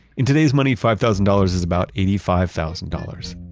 in today's money, five thousand dollars is about eighty five thousand dollars,